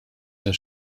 den